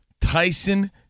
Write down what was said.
Tyson